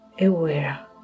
aware